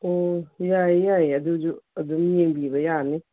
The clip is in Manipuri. ꯎꯝ ꯌꯥꯏꯌꯦ ꯌꯥꯏꯌꯦ ꯑꯗꯨꯁꯨ ꯑꯗꯨꯝ ꯌꯦꯡꯕꯤꯕ ꯌꯥꯅꯤ